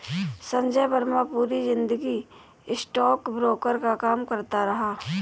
संजय वर्मा पूरी जिंदगी स्टॉकब्रोकर का काम करता रहा